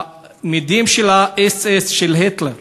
במדים של אס-אס של היטלר.